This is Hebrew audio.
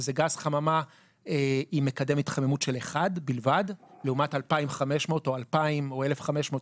זה גז חממה עם מקדם התחממות של 1 בלבד לעומת 2,500 או 2,000 או 1,500,